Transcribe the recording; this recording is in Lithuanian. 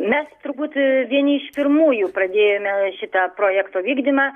mes turbūt vieni iš pirmųjų pradėjome šitą projekto vykdymą